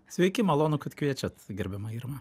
sveiki malonu kad kviečiat gerbiama irma